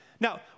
Now